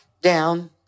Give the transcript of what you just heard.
down